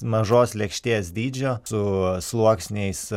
mažos lėkštės dydžio su sluoksniais